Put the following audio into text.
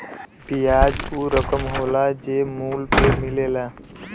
बियाज ऊ रकम होला जे मूल पे मिलेला